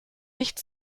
nicht